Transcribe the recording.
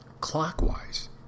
clockwise